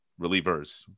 Relievers